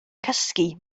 cysgu